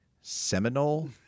Seminole